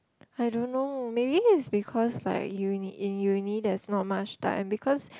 I don't know maybe is because like uni in uni there's not much time because